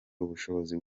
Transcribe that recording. ubushobozi